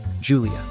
Julia